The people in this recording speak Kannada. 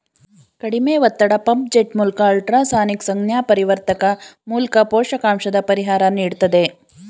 ಕಡಿಮೆ ಒತ್ತಡ ಪಂಪ್ ಜೆಟ್ಮೂಲ್ಕ ಅಲ್ಟ್ರಾಸಾನಿಕ್ ಸಂಜ್ಞಾಪರಿವರ್ತಕ ಮೂಲ್ಕ ಪೋಷಕಾಂಶದ ಪರಿಹಾರ ನೀಡ್ತದೆ